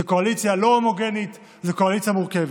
זו קואליציה לא הומוגנית, זו קואליציה מורכבת,